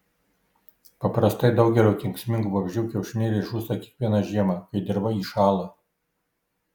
paprastai daugelio kenksmingų vabzdžių kiaušinėliai žūsta kiekvieną žiemą kai dirva įšąla